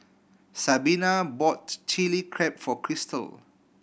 Sabina bought Chilli Crab for Cristal